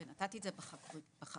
ונתתי את זה בחקירה.